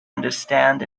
understand